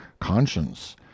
conscience—